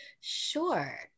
Sure